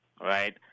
right